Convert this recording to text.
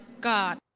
God